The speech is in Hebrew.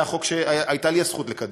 זה היה חוק שהייתה לי הזכות לקדם,